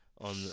on